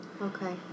okay